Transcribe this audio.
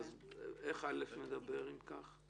איך (א) מדבר, אם כך?